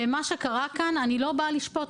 ומה שקרה כאן ואני לא באה לשפוט,